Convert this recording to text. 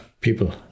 people